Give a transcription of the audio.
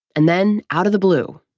and then, out of the blue,